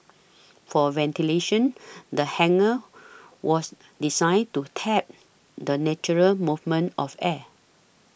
for ventilation the hangar was designed to tap the natural movement of air